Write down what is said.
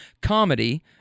comedy